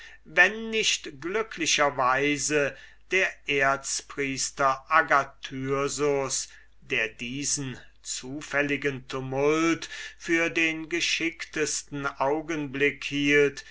wenn nicht glücklicher weise der erzpriester agathyrsus der diesen zufälligen tumult für den geschicktesten augenblick hielt